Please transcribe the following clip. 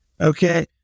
Okay